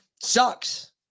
sucks